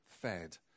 fed